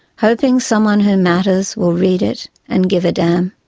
hoping someone who matters will read it and give a damn.